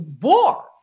war